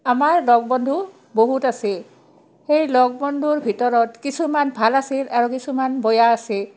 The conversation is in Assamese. আমাৰ লগ বন্ধু বহুত আছে সেই লগ বন্ধুৰ ভিতৰত কিছুমান ভাল আছিল আৰু কিছুমান বয়া আছিল